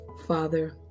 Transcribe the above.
father